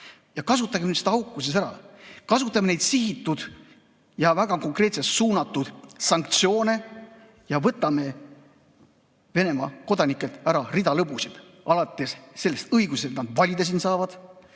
kasutame neid sihitud ja väga konkreetselt suunatud sanktsioone ja võtame Venemaa kodanikelt ära rea lõbusid. Alates sellest õigusest, et nad siin valida saavad,